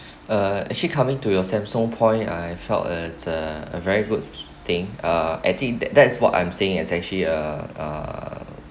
uh actually coming to your Samsung point I felt it's a a very good thing uh I think that that is what I'm saying exactly uh uh